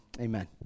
Amen